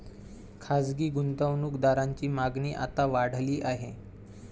खासगी गुंतवणूक दारांची मागणी आता वाढली आहे